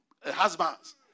husbands